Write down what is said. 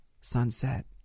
sunset